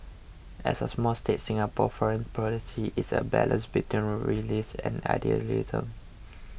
as a small state Singapore's foreign policy is a balance between realism and idealism